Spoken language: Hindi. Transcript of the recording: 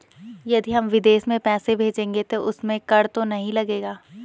यदि हम विदेश में पैसे भेजेंगे तो उसमें कर तो नहीं लगेगा?